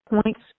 points